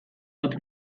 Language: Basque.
bat